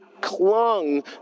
clung